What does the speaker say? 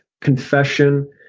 confession